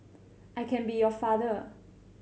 I can be your father